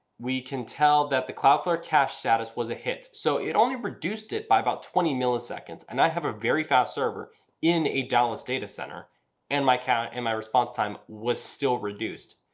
we can tell that the cloudflare cache status was a hit. so it only reduced it by about twenty milliseconds and i have a very fast server in a dallas data center and my account and my response time was still reduced.